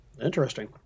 Interesting